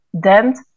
dent